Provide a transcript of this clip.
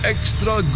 Extra